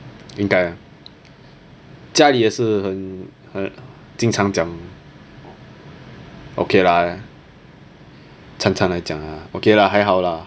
应该家里也是很很经常讲 okay lah 参参来讲啊 okay lah 还好 lah